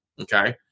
Okay